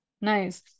Nice